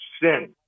sin